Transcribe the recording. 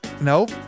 Nope